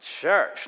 Church